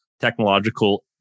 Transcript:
technological